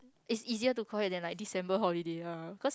it's easier to call it than like December holiday uh cause